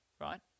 right